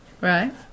Right